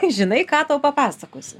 žinai ką tau papasakosiu